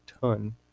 ton